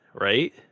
right